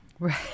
Right